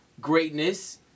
greatness